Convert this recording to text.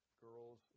girls